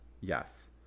yes